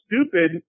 stupid